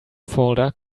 folder